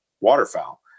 waterfowl